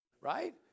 Right